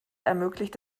ermöglicht